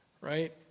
right